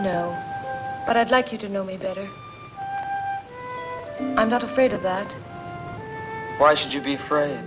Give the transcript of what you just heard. meeting but i'd like you to know me better i'm not afraid of that why should you be friends